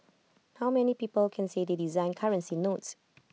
how many people can say they designed currency notes